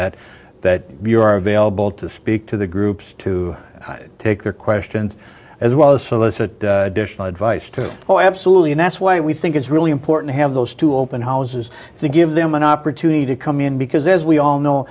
that you are available to speak to the groups to take their questions as well as solicit dition advice to go absolutely and that's why we think it's really important to have those two open houses to give them an opportunity to come in because as we all know